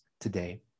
today